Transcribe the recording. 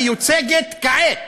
המיוצגת כעת